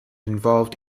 involved